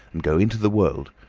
and go into the world,